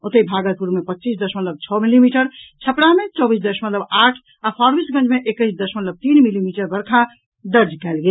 ओतहि भागलपुर मे पच्चीस दशमलव छओ मिलीमीटर छपरा मे चौबीस दशमलव आठ आ फारबिसगंज मे एकैस दशमलव तीन मिलीमीटर वर्षा दर्जा कयल गेल